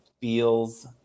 feels